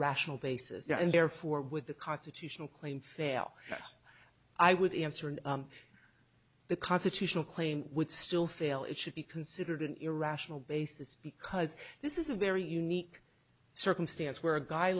rational basis and therefore with the constitutional claim fail that i would answer in the constitutional claim would still fail it should be considered an irrational basis because this is a very unique circumstance where a guy